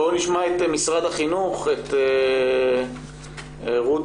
בואו נשמע את משרד החינוך, את רות